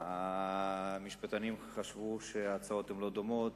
המשפטנים חשבו שההצעות לא דומות,